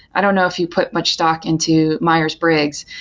i don't know if you put much stock into myers-briggs,